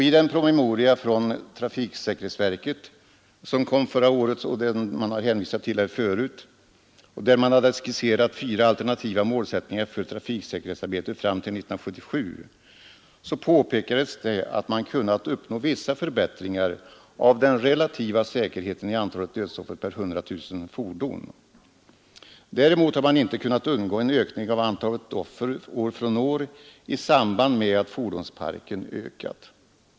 I den promemoria från trafiksäkerhetsverket som kom förra året — den har redan åberopats här — och där man hade skisserat fyra alternativa målsättningar för trafiksäkerhetsarbetet fram till 1977 påpekades det att man kunnat uppnå vissa förbättringar av den relativa säkerheten i antalet dödsoffer per 100 000 fordon. Däremot har man inte kunnat undgå en ökning av antalet offer år från år i samband med att fordonsparken vuxit.